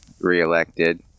reelected